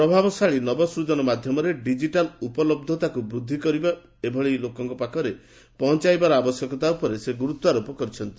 ପ୍ରଭାବଶାଳୀ ନବସ୍କଜନ ମାଧ୍ୟମରେ ଡିଜିଟାଲ୍ ଉପଲହ୍ଧତାକୁ ବୃଦ୍ଧି କରି ଏଭଳି ଲୋକଙ୍କ ପାଖରେ ପହଞ୍ଚାଇବାର ଆବଶ୍ୟକତା ଉପରେ ସେ ଗୁରୁତ୍ୱାରୋପ କରିଛନ୍ତି